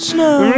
Snow